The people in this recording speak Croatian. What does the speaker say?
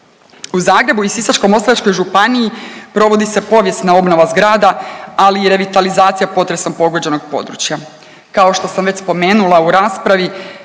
U Zagrebu i Sisačko-moslavačkoj županiji provodi se povijesna obnova zgrada, ali i revitalizacija potresom pogođenog područja. Kao što sam već spomenula u raspravi